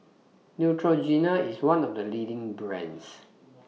Neutrogena IS one of The leading brands